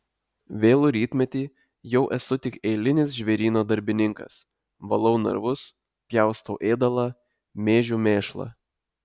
vėlų rytmetį jau esu tik eilinis žvėryno darbininkas valau narvus pjaustau ėdalą mėžiu mėšlą